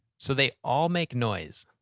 so they all make noise.